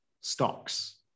stocks